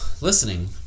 listening